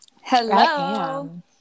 Hello